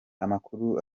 amakuru